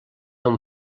amb